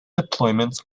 deployment